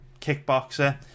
kickboxer